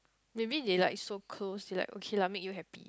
maybe they like so close they like okay lah make you happy